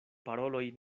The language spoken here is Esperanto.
paroloj